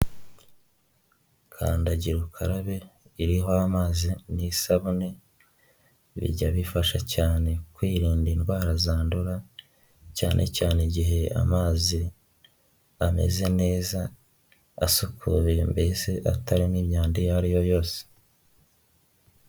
Kandagira ukarabe iriho amazi n'isabune, bijya bifasha cyane kwirinda indwara zandura, cyane cyane igihe amazi ameze neza, asukuye mbese atarimo imyanda iyo ari yo yose.